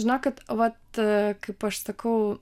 žinokit vat kaip aš sakau